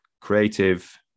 creative